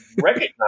recognize